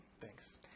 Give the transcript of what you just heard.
Thanks